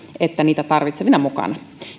että niitä tarvitsevina mukana